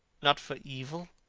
not for evil.